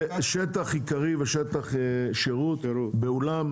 שטח עיקרי ושטח שירות באולם,